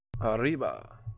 Arriba